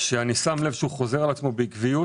שאני שם לב שהוא חוזר על עצמו בעקביות,